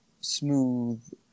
smooth